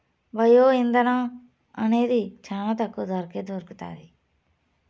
bio ఇంధనం అనేది చానా తక్కువ ధరకే దొరుకుతాది